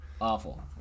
Awful